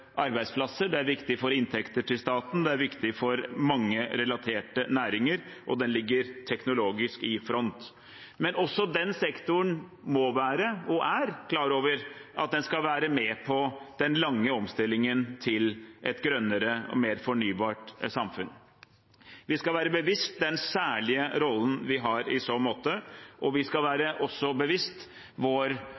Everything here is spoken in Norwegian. arbeidsplasser, den er viktig for inntekter til staten, den er viktig for mange relaterte næringer, og den ligger teknologisk sett i front. Men også den sektoren må være – og er – klar over at den skal være med på den lange omstillingen til et grønnere og mer fornybart samfunn. Vi skal være oss bevisst den særlige rollen vi har i så måte, og vi skal også være